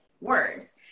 words